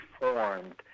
formed